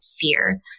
fear